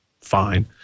fine